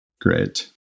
great